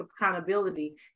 accountability